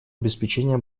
обеспечения